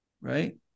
right